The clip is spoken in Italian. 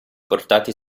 portati